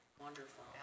Wonderful